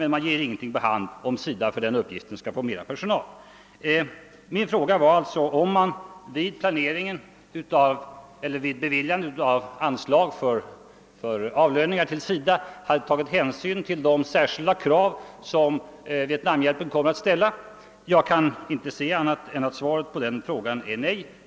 Något besked huruvida SIDA för detta ändamål skall få mera personal har dock icke givits. Min fråga var alltså om regeringen vid bedömningen av anslagsbehovet för avlöningar till SIDA :s personal hade tagit hänsyn till de särskilda krav som Vietnamhjälpen kommer att ställa. Jag kan inte se annat än att svaret på denna fråga är nej.